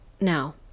Now